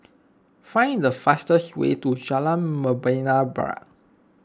find the fastest way to Jalan Membina Barat